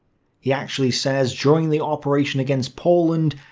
he actually says, during the operation against poland,